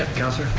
councilor?